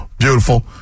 beautiful